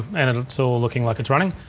and it's all looking like it's running.